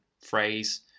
phrase